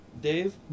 Dave